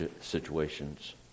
situations